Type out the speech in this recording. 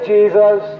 Jesus